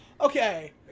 Okay